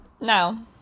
Now